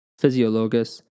Physiologus